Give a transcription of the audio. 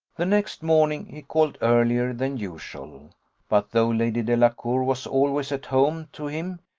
the next morning he called earlier than usual but though lady delacour was always at home to him,